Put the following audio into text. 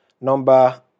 number